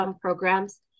programs